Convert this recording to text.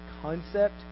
concept